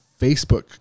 Facebook